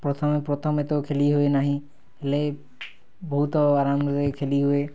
ପ୍ରଥମେ ପ୍ରଥମେ ତ ଖେଲି ହୁଏନାହିଁ ହେଲେ ବହୁତ ଆରାମରେ ଖେଲିହୁଏ